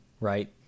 right